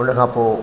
उन खां पोइ